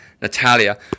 Natalia